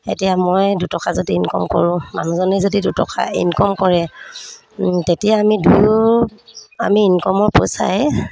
এতিয়া মই দুটকা যদি ইনকম কৰোঁ মানুহজনে যদি দুটকা ইনকম কৰে তেতিয়া আমি দুয়ো আমি ইনকমৰ পইচাই